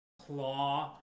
claw